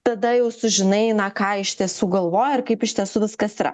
tada jau sužinai na ką iš tiesų galvoja ir kaip iš tiesų viskas yra